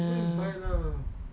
so dia punya